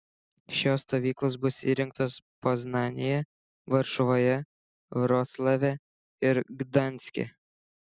šios stovyklos bus įrengtos poznanėje varšuvoje vroclave ir gdanske